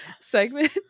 segment